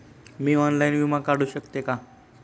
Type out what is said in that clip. मी online विमा काढू शकते का?